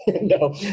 No